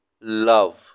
love